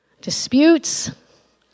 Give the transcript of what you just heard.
disputes